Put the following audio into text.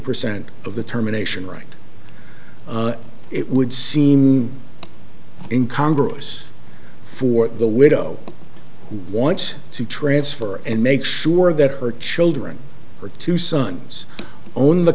percent of the terminations right it would seem in congress for the widow who wants to transfer and make sure that her children her two sons own the